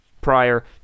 prior